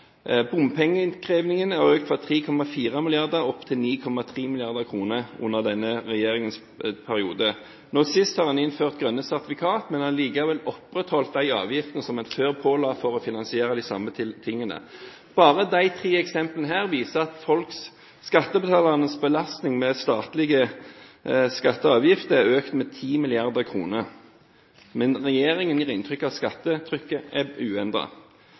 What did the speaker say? bompengeinnkrevingen har økt fra 3,4 mrd. kr opp til 9,3 mrd. kr i denne regjeringens periode. Nå sist har man innført grønne sertifikater, men har likevel opprettholdt de avgiftene som en før påla, for å finansiere de samme tingene. Bare disse tre eksemplene viser at skattebetalernes belastning med statlige skatter og avgifter er økt med 10 mrd. kr. Men regjeringen gir inntrykk av at skattetrykket er